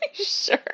Sure